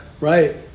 Right